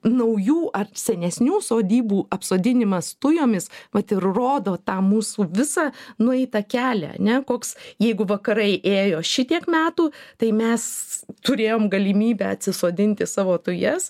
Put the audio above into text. naujų ar senesnių sodybų apsodinimas tujomis vat ir rodo tą mūsų visą nueitą kelią ane koks jeigu vakarai ėjo šitiek metų tai mes turėjom galimybę atsisodinti savo tujas